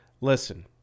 listen